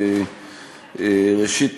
ראשית,